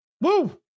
Woo